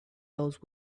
those